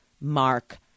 Mark